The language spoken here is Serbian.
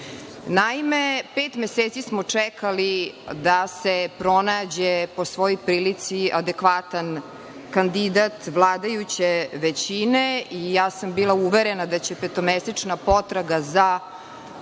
pažnje. Naime, pet meseci smo čekali da se pronađe po svoj prilici adekvatan kandidat vladajuće većine i bila sam uverena da će petomesečna potraga za verujući,